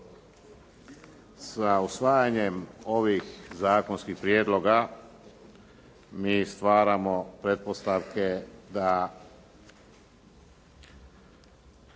sa usvajanjem ovih zakonskih prijedloga mi stvaramo pretpostavke da